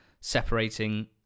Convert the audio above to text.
separating